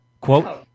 Quote